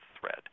threat